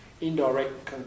indirect